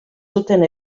zuten